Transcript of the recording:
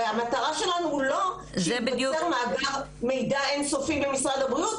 הרי המטרה שלנו הוא לא שייווצר מאגר מידע אין-סופי במשרד הבריאות,